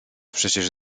przecież